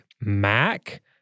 Mac